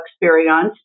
Experience